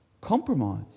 compromise